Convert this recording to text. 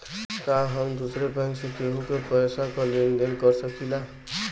का हम दूसरे बैंक से केहू के पैसा क लेन देन कर सकिला?